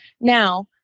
Now